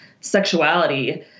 sexuality